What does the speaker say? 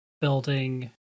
building